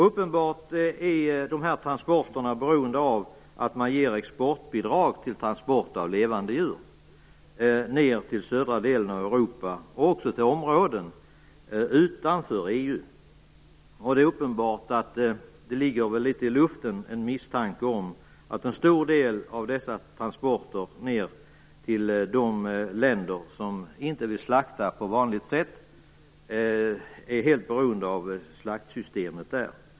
Uppenbarligen är transportörerna beroende av exportbidrag för transporter av levande djur ned till södra delen av Europa och också till områden utanför EU. Det ligger en misstanken i luften om att en stor del av de som transporterar ned till de länder som inte vill slakta på vanligt sätt är helt beroende av slaktsystemet där.